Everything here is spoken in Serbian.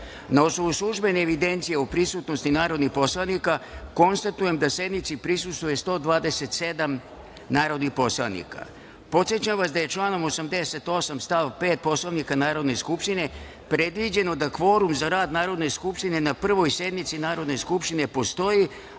osnovu službene evidencije o prisutnosti narodnih poslanika, konstatujem da sednici prisustvuje 127 narodnih poslanika. Podsećam vas da je članom 88. stav 5. Poslovnika Narodne skupštine predviđeno da kvorum za rad Narodne skupštine na Prvoj sednici Narodne skupštine postoji